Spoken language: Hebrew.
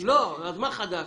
מה חדש?